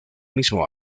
mismo